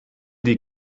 die